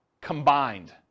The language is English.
combined